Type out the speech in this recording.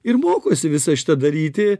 ir mokosi visą šitą daryti